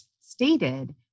stated